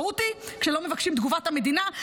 כשלא מבקשים את תגובת המדינה,